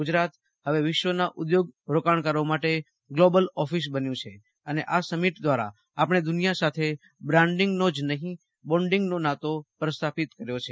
ગુજરાત હવે વિશ્વના ઉઘોગ રોકાણકારો માટે ગ્લોબલ ઓફીસ બન્યું છે અને આ સમિટ દ્વારા આપણે દુનિયા સાથે બ્રાન્ડીંગનો જ નહી બોન્ડીંગનો નાતો પ્રસ્થાપિત કર્યો છે